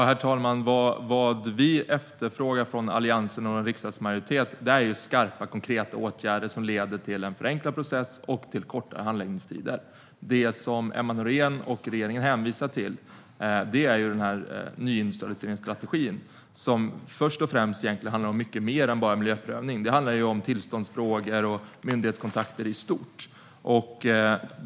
Herr talman! Vad vi i Alliansen och riksdagsmajoriteten efterfrågar är skarpa, konkreta åtgärder som leder till en förenklad process och kortare handläggningstider. Det som Emma Nohrén och regeringen hänvisar till är nyindustrialiseringsstrategin, som först och främst handlar om mycket mer än bara miljöprövning. Det handlar ju om tillståndsfrågor och myndighetskontakter i stort.